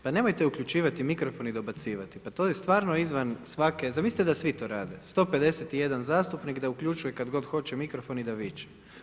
Pa nemojte uključivati mikrofon i dobacivati, pa to je stvarno izvan svake, zamislite da svi to rade, 151 zastupnik da uključuje kad god hoće mikrofon i da viče.